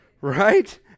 Right